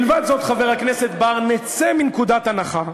מלבד זאת, חבר הכנסת בר, נצא מנקודת הנחה,